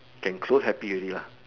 can close happy already lah